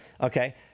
Okay